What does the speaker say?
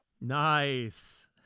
Nice